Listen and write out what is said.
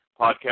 Podcast